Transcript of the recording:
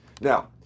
now